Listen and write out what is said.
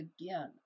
again